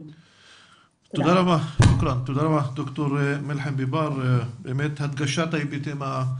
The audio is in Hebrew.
אני רק אסכם ואומר שהפלישות והטראומה הממושכת מהכיבוש,